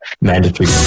mandatory